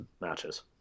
matches